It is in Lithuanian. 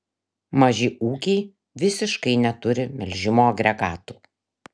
maži ūkiai visiškai neturi melžimo agregatų